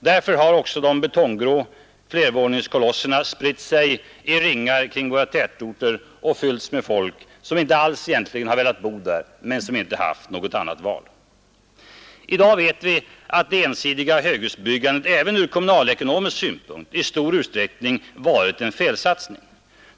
Därför har också de betonggrå flervåningskolosserna spritt sig i ringar kring våra tätorter och fyllts med folk som egentligen inte alls har velat bo där men som inte haft något annat val. I dag vet vi att det ensidiga höghusbyggandet även från kommunalekonomisk synpunkt i stor utsträckning varit en felsatsning.